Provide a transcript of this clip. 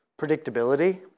predictability